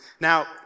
Now